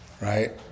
right